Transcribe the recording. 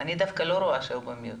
אני בתפקידי כיושב-ראש נשיאות המגזר